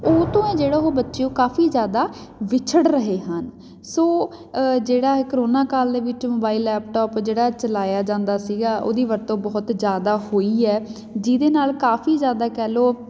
ਉਹ ਤੋਂ ਜਿਹੜਾ ਉਹ ਬੱਚੇ ਉਹ ਕਾਫ਼ੀ ਜ਼ਿਆਦਾ ਵਿਛੜ ਰਹੇ ਹਨ ਸੋ ਜਿਹੜਾ ਕਰੋਨਾ ਕਾਲ ਦੇ ਵਿੱਚ ਮੋਬਾਈਲ ਲੈਪਟੋਪ ਜਿਹੜਾ ਚਲਾਇਆ ਜਾਂਦਾ ਸੀਗਾ ਉਹਦੀ ਵਰਤੋਂ ਬਹੁਤ ਜ਼ਿਆਦਾ ਹੋਈ ਹੈ ਜਿਹਦੇ ਨਾਲ਼ ਕਾਫ਼ੀ ਜ਼ਿਆਦਾ ਕਹਿ ਲਉ